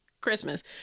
Christmas